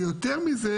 ויותר מזה